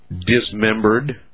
dismembered